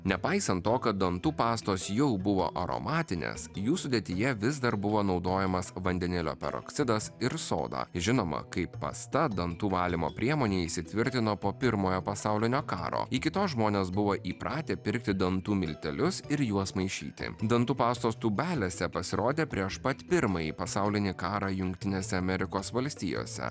nepaisant to kad dantų pastos jau buvo aromatinės jų sudėtyje vis dar buvo naudojamas vandenilio peroksidas ir soda žinoma kaip pasta dantų valymo priemonė įsitvirtino po pirmojo pasaulinio karo iki to žmonės buvo įpratę pirkti dantų miltelius ir juos maišyti dantų pastos tūbelėse pasirodė prieš pat pirmąjį pasaulinį karą jungtinėse amerikos valstijose